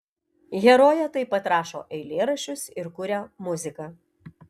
herojė taip pat rašo eilėraščius ir kuria muziką